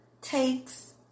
takes